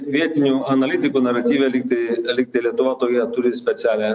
vietinių analitikų naratyve lyg tai lyg tai lietuva tokią turi specialią